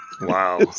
Wow